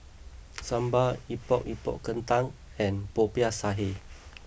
Sambal Epok Epok Kentang and Popiah Sayur